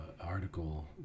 article